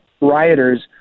rioters